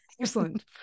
Excellent